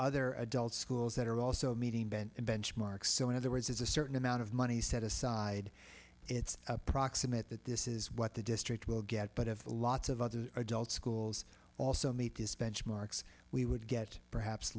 other adult schools that are also meeting bent benchmarks so in other words there's a certain amount of money set aside it's approximate that this is what the district will get but have lots of other adults schools also meet those benchmarks we would get perhaps